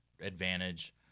advantage